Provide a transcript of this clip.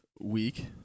week